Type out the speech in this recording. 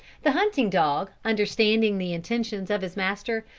the hunting dog understanding the intentions of his master,